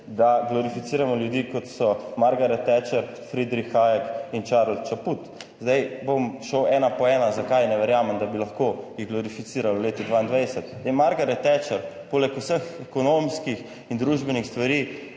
da glorificiramo ljudi, kot so Margaret Thatcher, Friedrich Hayek in Charles Chaput. Zdaj bom šel ena po ena, zakaj ne verjamem, da bi lahko jih glorificirali v letih 2022. Margaret Thatcher poleg vseh ekonomskih in družbenih stvari,